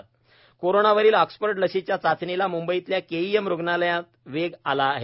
Oxford लस corona वरील Oxford लसीच्या चाचणीला मुंबईतल्या के ई एम रुग्णालयात वेग आला आहे